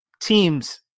teams